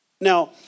Now